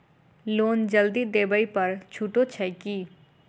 Loan जल्दी देबै पर छुटो छैक की?